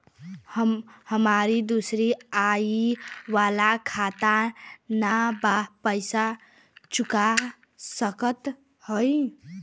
हमारी दूसरी आई वाला खाता ना बा पैसा चुका सकत हई?